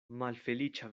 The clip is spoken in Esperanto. malfeliĉa